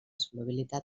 solubilitat